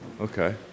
Okay